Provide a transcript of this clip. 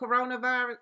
Coronavirus